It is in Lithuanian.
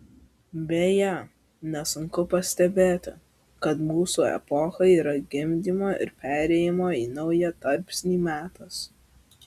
beje nesunku pastebėti kad mūsų epocha yra gimdymo ir perėjimo į naują tarpsnį metas